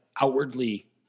outwardly